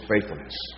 faithfulness